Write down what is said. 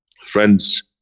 Friends